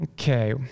Okay